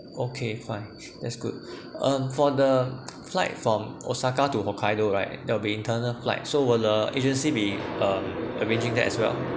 okay fine that's good um for the flight from osaka to hokkaido right they'll be internal flight so will the agency be um arranging that as well